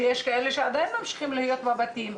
ויש כאלה שעדיין ממשיכים להיות בבתים.